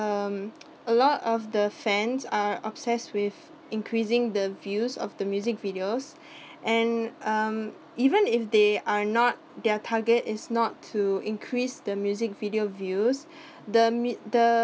um a lot of the fans are obsessed with increasing the views of the music videos and um even if they are not their target is not to increase the music video views the the